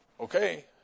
Okay